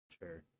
Sure